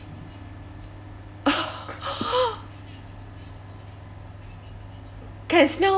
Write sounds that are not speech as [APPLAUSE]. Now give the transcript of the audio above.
[LAUGHS] can smell